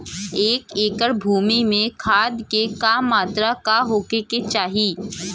एक एकड़ भूमि में खाद के का मात्रा का होखे के चाही?